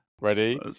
Ready